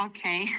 Okay